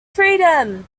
freedom